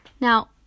Now